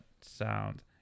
Sound